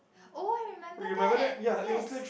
oh I remember that yes